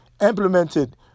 implemented